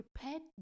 prepared